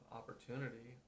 opportunity